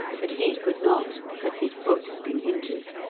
but he could not because his foot had been injured.